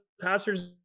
passers